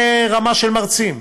איזה רמה של מרצים?